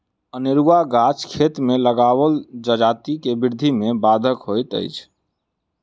अनेरूआ गाछ खेत मे लगाओल जजाति के वृद्धि मे बाधक होइत अछि